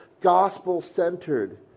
gospel-centered